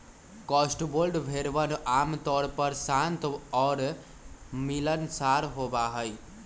Cotswold भेड़वन आमतौर पर शांत और मिलनसार होबा हई